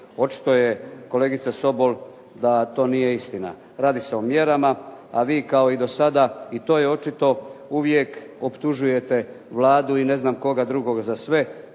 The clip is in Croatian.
Očito je kolegica Sobol da to nije istina. Radi se o mjerama, a vi kao i do sada, i to je očito, uvijek optužujete Vladu i ne znam koga drugoga za sve,